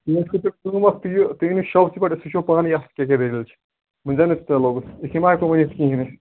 تُہۍ حظ کٔرۍزیٚو کٲم اتھ یہِ تُہۍ یِیِو شاپسٕے پٮ۪ٹھ أسۍ وُچھو پانے اَتھ کیٛاہ کیٛاہ دٔلیٖل چھِ وۅنۍ زن لوٚگُس یِتھٕ کٔنۍ ما ہٮ۪کو ؤنِتھ کِہیٖنۍ أسۍ